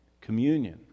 communion